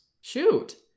Shoot